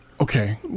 Okay